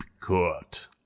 cut